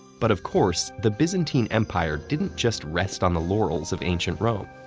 but, of course, the byzantine empire didn't just rest on the laurels of ancient rome.